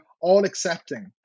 all-accepting